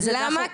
למה?